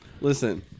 Listen